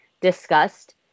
discussed